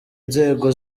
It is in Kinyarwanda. inzego